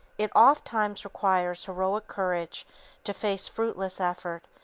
it ofttimes requires heroic courage to face fruitless effort,